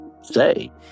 say